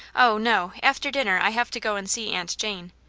oh, no after dinner i have to go and see aunt jane.